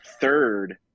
third